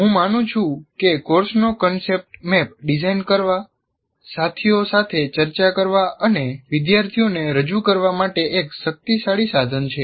હું માનું છું કે કોર્સનો કોન્સેપ્ટ મેપ ડિઝાઇન કરવા સાથીઓ સાથે ચર્ચા કરવા અને વિદ્યાર્થીઓને રજૂ કરવા માટે એક શક્તિશાળી સાધન છે